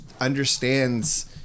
understands